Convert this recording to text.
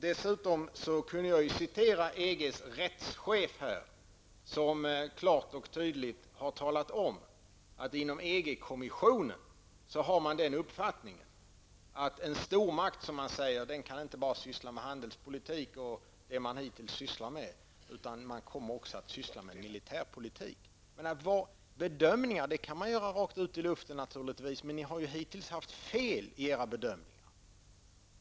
Dessutom skulle jag kunna citera EGs rättschef som klart och tydligt har talat om att man inom EG-kommissionen har den uppfattningen att en stormakt inte bara kan syssla med handelspolitik och vad man för övrigt hittills sysslat med utan också med miltitärpolitik. Bedömningar kan man göra rakt ut i luften, men ni har ju hittills haft fel i era bedömningar.